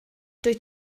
dwyt